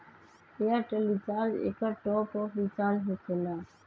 Airtel recharge एकर top off recharge होकेला?